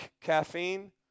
caffeine